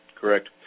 Correct